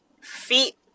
feet